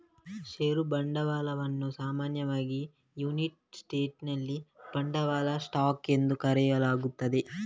ಷೇರು ಬಂಡವಾಳವನ್ನು ಸಾಮಾನ್ಯವಾಗಿ ಯುನೈಟೆಡ್ ಸ್ಟೇಟ್ಸಿನಲ್ಲಿ ಬಂಡವಾಳ ಸ್ಟಾಕ್ ಎಂದು ಕರೆಯಲಾಗುತ್ತದೆ